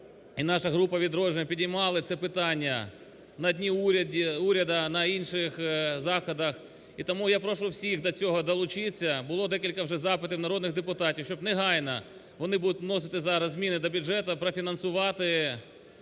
наша група "Відродження" піднімали це питання на Дні Уряду, на інших заходах. І тому я прошу всіх до цього долучитися. Було декілька вже запитів народних депутатів, щоб негайно вони будуть вносити зараз зміни до бюджету, профінансувати